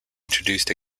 introduced